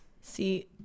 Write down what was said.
See